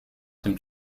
dem